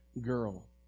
girl